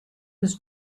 was